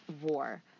war